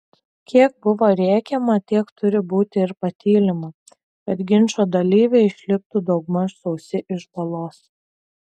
kiek buvo rėkiama tiek turi būti ir patylima kad ginčo dalyviai išliptų daugmaž sausi iš balos